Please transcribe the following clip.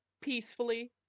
peacefully